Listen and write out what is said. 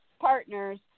partners